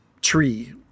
tree